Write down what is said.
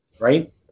Right